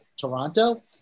Toronto